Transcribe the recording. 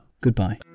Goodbye